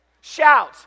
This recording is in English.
shout